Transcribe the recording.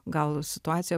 gal situacija